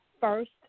first